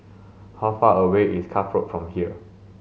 how far away is Cuff Road from here